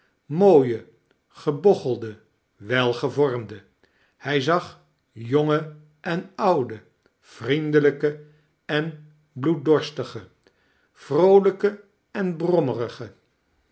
mooie gebochelde welgevormde hij zag jonge en oude vriendelijke en bloeddorstige vroolijke en